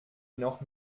noch